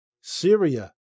Syria